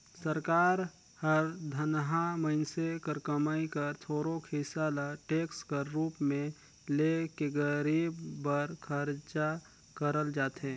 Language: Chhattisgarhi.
सरकार हर धनहा मइनसे कर कमई कर थोरोक हिसा ल टेक्स कर रूप में ले के गरीब बर खरचा करल जाथे